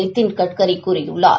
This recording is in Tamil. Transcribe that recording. நிதின்கட்கரி கூறியுள்ளார்